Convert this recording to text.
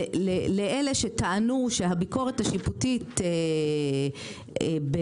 לאלה שטענו שהביקורת השיפוטית במינוי